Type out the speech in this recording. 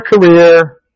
career